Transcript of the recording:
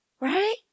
Right